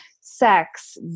sex